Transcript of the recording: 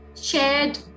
shared